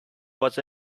was